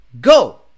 Go